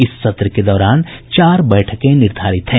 इस सत्र के दौरान चार बैठकें निर्धारित हैं